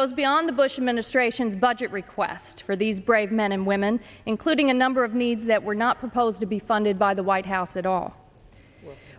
goes beyond the bush administration's budget request for these brave men and women including a number of needs that were not supposed to be funded by the white house that all